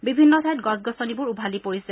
বিভিন্ন ঠাইত গছ গছনিবোৰ উভালি পৰিছে